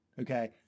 okay